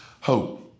hope